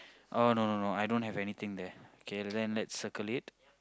oh no no no I don't have anything there okay then let's circle it